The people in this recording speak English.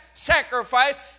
Sacrifice